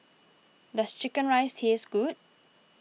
does Chicken Rice taste good